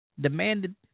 demanded